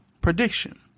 prediction